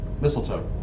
mistletoe